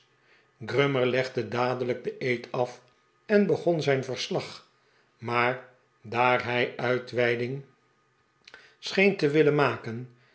grummer legde dadelijk den eed af en begon zijn verslag maar daar hij uitweidingen scheen te willen maken